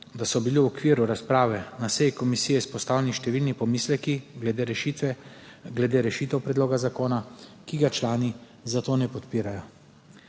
da so bili v okviru razprave na seji komisije izpostavljeni številni pomisleki glede rešitev predloga zakona, ki ga člani zato ne podpirajo.